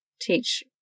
teach